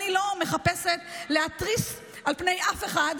אני לא מחפשת להתריס בפני אף אחד,